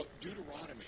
Deuteronomy